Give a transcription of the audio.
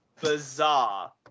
bizarre